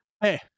Hey